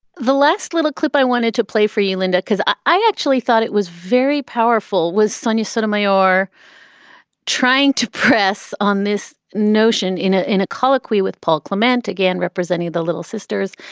the last little clip i wanted to play for you, linda, because i actually thought it was very powerful, was sonia sotomayor trying to press on this notion in ah in a colloquy with paul clement, again, representing the little sisters,